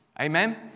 Amen